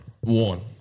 One